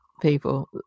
people